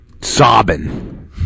sobbing